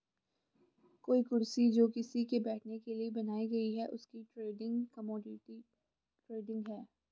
कोई कुर्सी जो किसी के बैठने के लिए बनाई गयी है उसकी ट्रेडिंग कमोडिटी ट्रेडिंग है